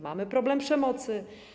Mamy problem przemocy.